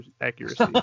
accuracy